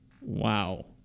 wow